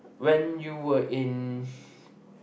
when you were in